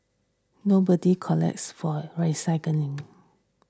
nobody collects for recycling